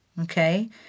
Okay